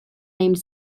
named